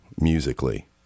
musically